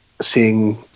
seeing